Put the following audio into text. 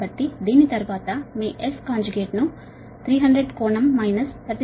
కాబట్టి దీని తరువాత మీ S కాంజుగేట్ S ను 300 కోణం మైనస్ 36